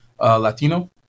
Latino